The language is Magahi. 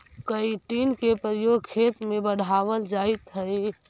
काईटिन के प्रयोग खेत में बढ़ावल जाइत हई